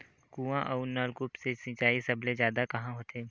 कुआं अउ नलकूप से सिंचाई सबले जादा कहां होथे?